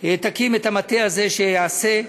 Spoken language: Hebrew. שהוא גילה בתדהמה שיש בנזן באוויר במפרץ חיפה.